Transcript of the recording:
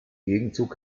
gegenzug